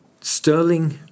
Sterling